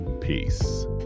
Peace